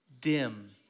dim